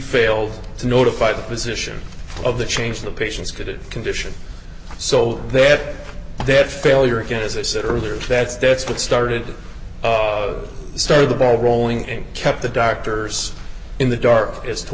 failed to notify the position of the change the patient's good condition so they had that failure again as i said earlier that's that's what started it started the ball rolling and kept the doctors in the dark as to